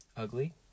ugly